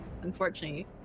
Unfortunately